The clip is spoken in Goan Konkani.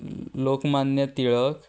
लोकमान्य तिळक